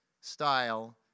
style